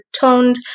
toned